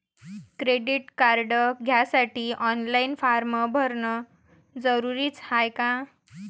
Credit card घ्यासाठी online form भरन जरुरीच हाय का?